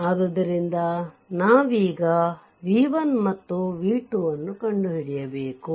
ಆದ್ದರಿಂದ ನಾವೀಗ v1 ಮತ್ತು v2 ಕಂಡುಹಿಡಿಯಬೇಕು